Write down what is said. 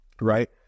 Right